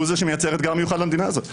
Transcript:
הוא זה שמייצר אתגר מיוחד למדינה הזאת.